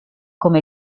come